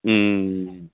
ம் ம் ம்